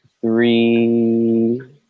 three